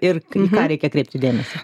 ir į ką reikia kreipti dėmesį